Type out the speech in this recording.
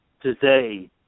today